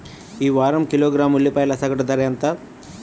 ఈ వారం కిలోగ్రాము ఉల్లిపాయల సగటు ధర ఎంత?